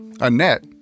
Annette